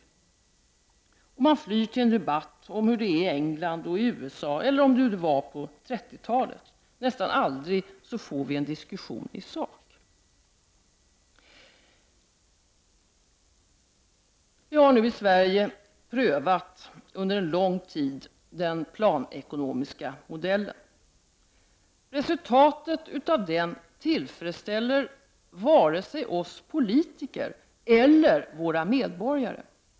Och socialdemokraterna flyr till en debatt om hur det är i England och USA eller hur det var på 30-talet. Nästan aldrig får vi en diskussion i sak. Vi har nu i Sverige under en lång tid prövat den planekonomiska modellen. Resultatet av den tillfredsställer varken oss politiker eller våra medborgare.